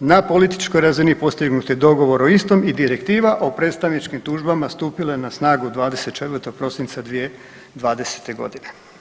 na političkoj razini postignut je dogovor o istom i direktiva o predstavničkim tužbama stupila je na snagu 24. prosinca 2020. godine.